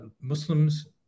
Muslims